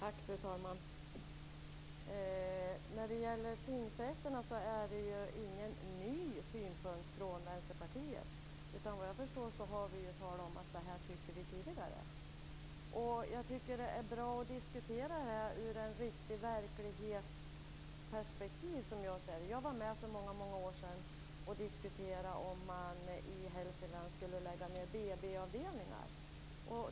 Fru talman! När det gäller tingsrätterna är ju Vänsterpartiets synpunkt inte ny. Såvitt jag förstår har vi talat om att vi tyckt så här redan tidigare. Det är bra att diskutera frågan ur ett verklighetsperspektiv, som jag ser det. Jag var med för många år sedan och diskuterade nedläggning av BB-avdelningar i Hälsingland.